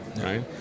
right